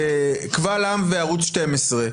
קבל עם וערוץ 12,